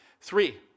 Three